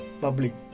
public